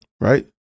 right